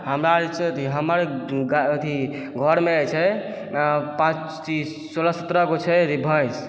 हमरा जे छै अथी हमर अथी घरमे जे छै पाँच सोलह सतरह गो छै भैंस